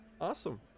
Awesome